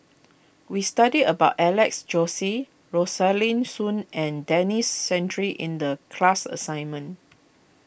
we studied about Alex Josey Rosaline Soon and Denis Santry in the class assignment